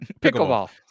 Pickleball